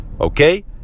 okay